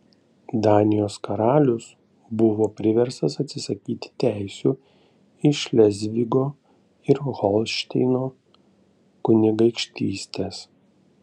danijos karalius buvo priverstas atsisakyti teisių į šlezvigo ir holšteino kunigaikštystes